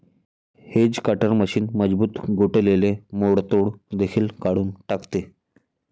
hedge cutter machine मजबूत गोठलेले मोडतोड देखील काढून टाकते